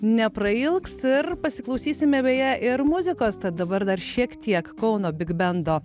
neprailgs ir pasiklausysime beje ir muzikos tad dabar dar šiek tiek kauno bigbendo